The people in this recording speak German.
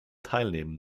teilnehmen